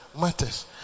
matters